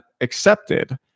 accepted